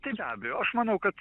tai be abejo aš manau kad